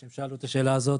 כשהם שאלו את השאלה הזאת,